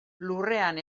lurrean